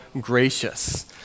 gracious